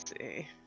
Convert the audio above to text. see